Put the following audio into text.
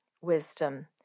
wisdom